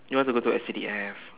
you want to go to S_C_D_F